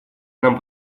нам